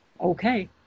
okay